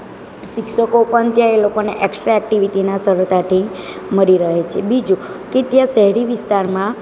શિક્ષકો પણ ત્યાં એ લોકોને એકસ્ટ્રા એક્ટીવિટીના સરળતાથી મળી રહે છે બીજું કે ત્યાં શહેરી વિસ્તારમાં